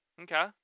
Okay